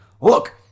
Look